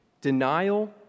denial